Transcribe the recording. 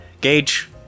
Gage